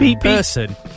person